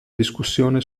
discussione